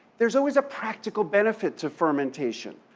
there's always a practical benefit to fermentation.